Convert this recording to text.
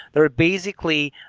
they are ah basically